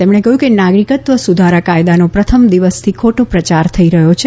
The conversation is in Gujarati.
તેમણે કહ્યું કે નાગરિકત્વ સુધારા કાયદાનો પ્રથમ દિવસથી ખોટો પ્રયાર થઇ રહ્યો છે